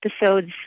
episodes